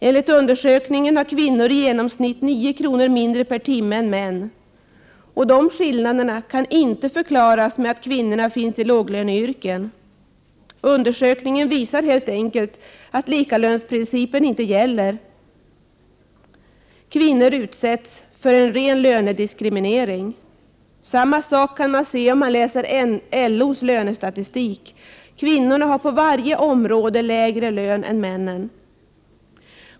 Enligt undersökningen har kvinnor i genomsnitt 9 kr. mindre per timme än männen, och skillnaderna kan inte förklaras med att kvinnorna finns i låglöneyrken. Undersökningen visar helt enkelt att likalönsprincipen inte gäller. Kvinnor utsätts för ren lönediskriminering. Samma sak kan man se om man läser LO:s lönestatistik. Kvinnorna har på varje område lägre lön än männen.